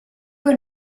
were